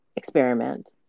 experiment